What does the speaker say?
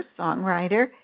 songwriter